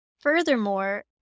Furthermore